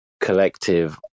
collective